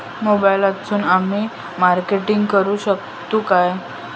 मोबाईलातसून आमी मार्केटिंग करूक शकतू काय?